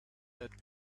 had